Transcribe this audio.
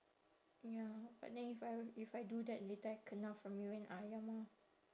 ya but then if I if I do that later I kena from you and ayah mah